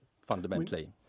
fundamentally